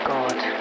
God